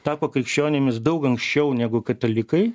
tapo krikščionimis daug anksčiau negu katalikai